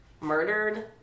murdered